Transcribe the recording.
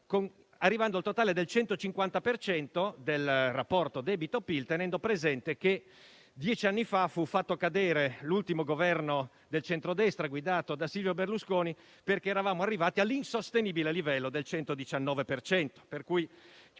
quindi al totale del 150 per cento del rapporto-debito PIL, tenendo presente che dieci anni fa fu fatto cadere l'ultimo Governo del centrodestra guidato da Silvio Berlusconi perché eravamo arrivati all'insostenibile livello del 119